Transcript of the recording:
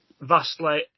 Vastly